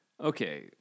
Okay